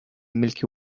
milky